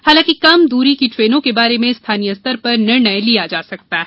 हालांकि कम दूरी की ट्रेनों के बारे में स्थानीय स्तर पर निर्णय लिया जा सकता है